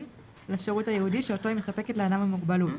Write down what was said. לשירות הייעודי שאותו היא מספקת לאדם עם מוגבלות,